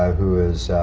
who is